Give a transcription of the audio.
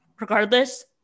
regardless